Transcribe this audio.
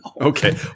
Okay